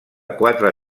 quatre